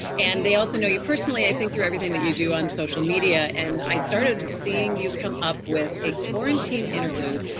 and they also know you personally, i think through everything that you do on social media, and i started seeing you come up with a quarantine interlude.